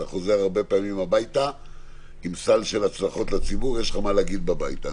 אתה חוזר הרבה פעמים הביתה עם סל של הצלחות לציבור ויש לך מה לומר בבית.